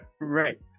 Right